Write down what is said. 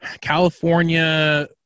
California